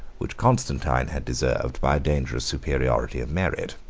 which constantine had deserved by a dangerous superiority of merit.